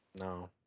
no